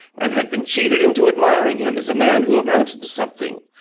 and had been cheated into admiring him as a man who amounted to something,